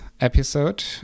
episode